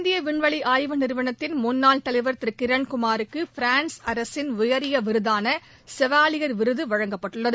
இந்திய விண்வெளி ஆய்வு நிறுவனத்தின் முன்னாள் தலைவர் திரு கிரண்குமாருக்கு ஃபிரான்ஸ் அரசின் உயரிய விருதான செவாலியர் விருது வழங்கப்பட்டுள்ளது